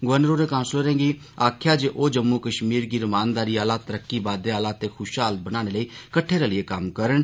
governor होरें काउंसिलरें गी आखेआ जे ओह् जम्मू कश्मीर गी रमानदारी आह्ला तरक्की बाद्दे आह्ला ते खुशहाल बनाने लेई किद्ठे रलियै कम्म करन